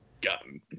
gun